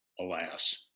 alas